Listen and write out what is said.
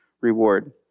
reward